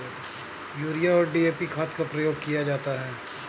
urea और DAP खाद का प्रयोग किया जाता है